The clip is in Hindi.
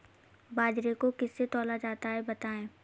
बाजरे को किससे तौला जाता है बताएँ?